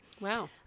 wow